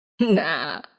Nah